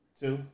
two